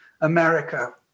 America